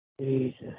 Jesus